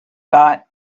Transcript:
got